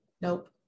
Nope